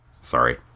Sorry